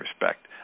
respect